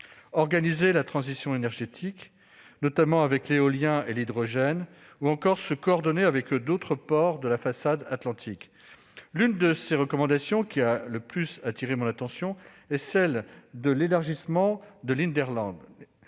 organiser la transition énergétique, notamment avec l'éolien et l'hydrogène, ou encore se coordonner avec d'autres ports de la façade Atlantique. L'une des recommandations qui a le plus attiré mon attention est celle de l'élargissement de l'hinterland.